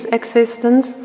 existence